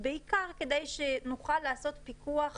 בעיקר כדי שנוכל לעשות פיקוח